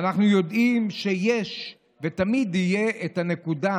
ואנחנו יודעים שיש ותמיד תהיה הנקודה,